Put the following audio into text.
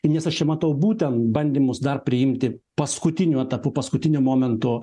nes aš matau būtent bandymus dar priimti paskutiniu etapu paskutiniu momentu